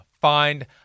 Find